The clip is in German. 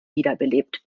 wiederbelebt